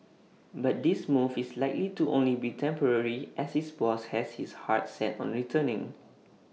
but this move is likely to only be temporary as his boss has his heart set on returning